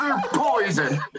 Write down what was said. poison